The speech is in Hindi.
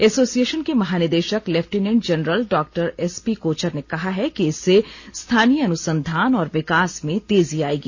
एसोसिएशन के महानिदेशक लेफ्टीनेंट जनरल डॉ एस पी कोचर ने कहा है कि इससे स्थानीय अनुसंधान और विकास में तेजी आएगी